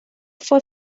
fue